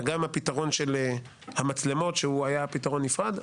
הגם הפתרון של המצלמות שהיה פתרון נפרד,